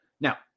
Now